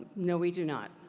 no, we do not.